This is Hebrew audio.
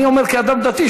אני אומר כאדם דתי,